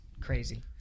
crazy